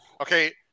Okay